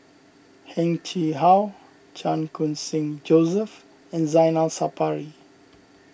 Heng Chee How Chan Khun Sing Joseph and Zainal Sapari